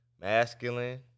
masculine